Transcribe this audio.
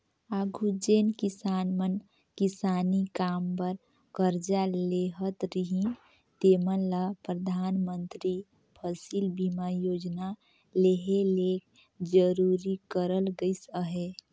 आघु जेन किसान मन किसानी काम बर करजा लेहत रहिन तेमन ल परधानमंतरी फसिल बीमा योजना लेहे ले जरूरी करल गइस अहे